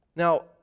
Now